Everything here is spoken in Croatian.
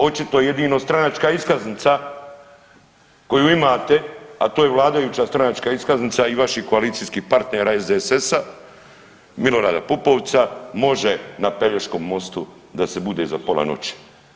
Očito jedino stranačka iskaznica koju imate, a to je vladajuća stranačka iskaznica i vaših koalicijskih partnera SDSS-a Milorada Pupovca može na Pelješkom mostu da se bude za pola noći.